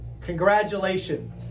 congratulations